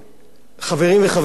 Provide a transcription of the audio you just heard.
אדוני יושב-ראש הכנסת,